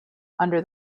under